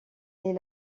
est